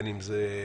בין אם זה עבודה,